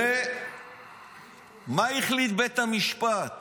ומה החליט בית המשפט?